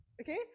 Okay